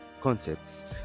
concepts